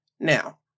Now